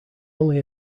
only